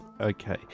Okay